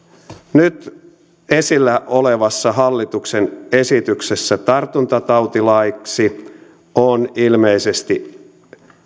nyt esillä olevassa hallituksen esityksessä tartuntatautilaiksi on ilmeisesti